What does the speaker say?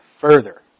further